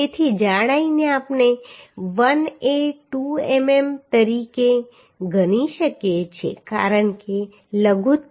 તેથી જાડાઈને આપણે 1a 2 mm તરીકે ગણી શકીએ કારણ કે લઘુત્તમ 10